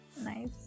Nice